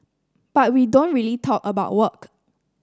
but we don't really talk about work